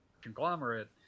conglomerate